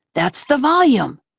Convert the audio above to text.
that's the volume.